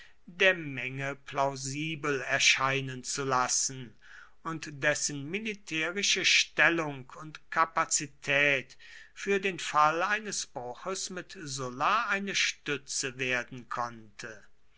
der menge plausibel erscheinen zu lassen und dessen militärische stellung und kapazität für den fall eines bruches mit sulla eine stütze werden konnte